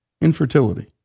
infertility